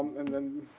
and then